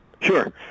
Sure